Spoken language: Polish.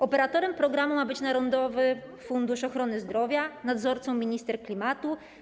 Operatorem programu ma być narodowy fundusz ochrony środowiska, nadzorcą - minister klimatu.